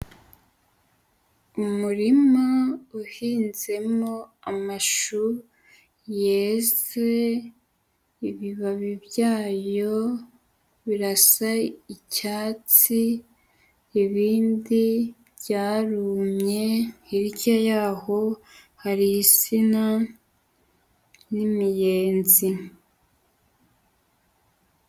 Umurima uhinzemo amashu yeze, ibibabi byayo birasa icyatsi ibindi byarumye, hirya yaho hari insina n'imiyenzi.